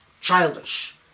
Childish